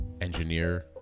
engineer